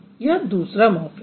यह दूसरा मॉर्फ़िम है